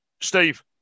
Steve